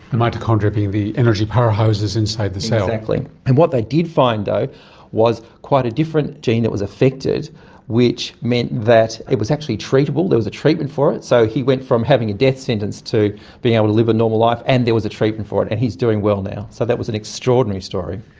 mitochondria being the energy powerhouses inside the cell. exactly. and what they did find though was quite a different gene that was affected which meant that it was actually treatable, there was a treatment for it. so he went from having a death sentence to being able to live a normal life and there was a treatment for it and he is doing well now. so that was an extraordinary story.